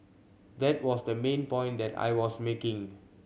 that was the main point that I was making